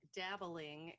dabbling